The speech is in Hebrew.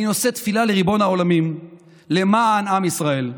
אני נושא תפילה לריבון העולמים למען עם ישראל,